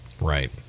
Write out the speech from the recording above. right